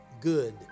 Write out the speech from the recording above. good